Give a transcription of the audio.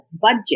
budget